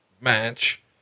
match